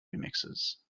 remixes